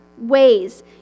ways